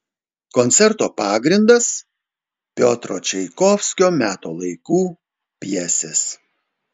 koncerto pagrindas piotro čaikovskio metų laikų pjesės